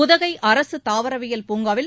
உதகை அரசு தாவரவியல் பூங்காவில்